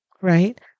Right